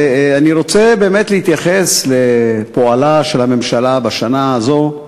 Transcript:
ואני רוצה באמת להתייחס לפועלה של הממשלה בשנה הזאת.